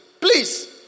Please